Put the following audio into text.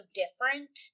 different